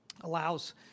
allows